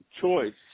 choice